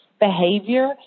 Behavior